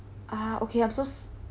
ah okay I'm so